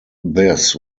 this